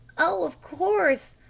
oh, of course,